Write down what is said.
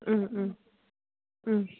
उम उम उम